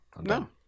no